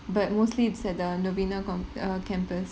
but mostly it's at the novena cam~ err campus